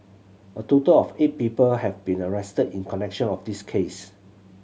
a total of eight people have been arrested in connection of this case